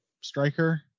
striker